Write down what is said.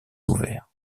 ouverts